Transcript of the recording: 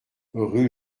rue